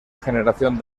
generación